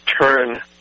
turn